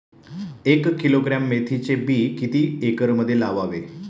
एक किलोग्रॅम मेथीचे बी किती एकरमध्ये लावावे?